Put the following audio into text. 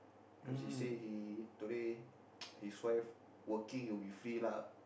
cause he say he today his wife working he'll be free lah